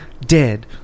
Dead